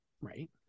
Right